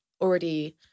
already